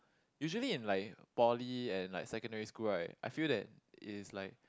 usually in like poly and like secondary school right I feel that it's like